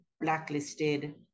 blacklisted